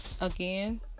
Again